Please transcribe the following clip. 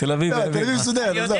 לא, תל אביב מסודרת, עזוב.